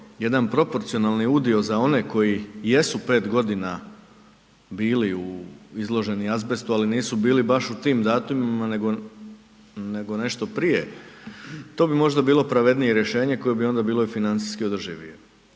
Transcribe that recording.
jedan proporcionalni udio za one koji jesu 5.g. bili u, izloženi azbestu, ali nisu bili baš u tim datumima, nego, nego nešto prije, to bi možda bilo pravednije rješenje koje bi onda bilo i financijski održivije.